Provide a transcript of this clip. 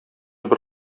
бер